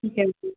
okay